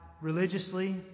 religiously